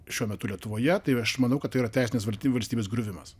šiuo metu lietuvoje tai aš manau kad tai yra teisinis valst valstybės griuvimas